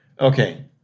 Okay